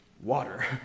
Water